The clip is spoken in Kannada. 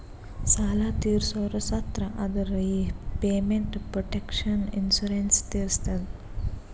ಸಾಲಾ ತೀರ್ಸೋರು ಸತ್ತುರ್ ಅಂದುರ್ ಈ ಪೇಮೆಂಟ್ ಪ್ರೊಟೆಕ್ಷನ್ ಇನ್ಸೂರೆನ್ಸ್ ತೀರಸ್ತದ